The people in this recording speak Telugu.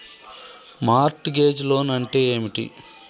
మార్ట్ గేజ్ లోన్ అంటే ఏమిటి?